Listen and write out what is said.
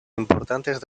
importantes